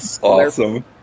Awesome